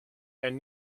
and